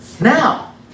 Now